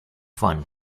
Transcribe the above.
fun